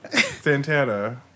Santana